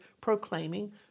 proclaiming